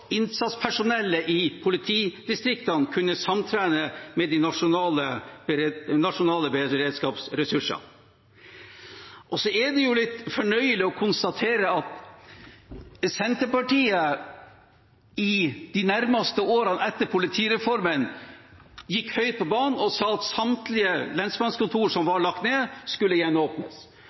innsatspersonellet i politidistriktene kunne samtrene med de nasjonale beredskapsressursene. Det er litt fornøyelig å konstatere at Senterpartiet i de nærmeste årene etter politireformen gikk høyt på banen og sa at samtlige lensmannskontor som var lagt ned, skulle gjenåpnes.